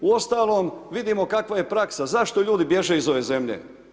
Uostalom, vidimo kakva je praksa, zašto ljudi bježe iz ove zemlje?